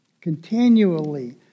continually